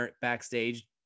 backstage